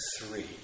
Three